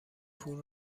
پول